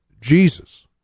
Jesus